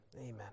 amen